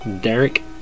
Derek